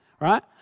right